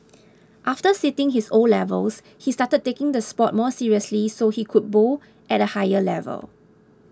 after sitting his O levels he started taking the sport more seriously so he could bowl at a higher level